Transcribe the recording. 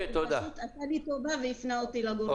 הוא פשוט עשה לי טובה והפנה אותי לגורמים המתאימים.